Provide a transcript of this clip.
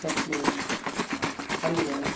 ಚಟ್ನಿ ಪಲ್ಯ